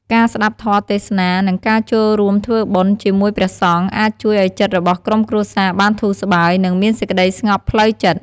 ការស្តាប់ធម៌ទេសនា និងការចូលរួមធ្វើបុណ្យជាមួយព្រះសង្ឃ អាចជួយឱ្យចិត្តរបស់ក្រុមគ្រួសារបានធូរស្បើយ និងមានសេចក្តីស្ងប់ផ្លូវចិត្ត។